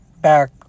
back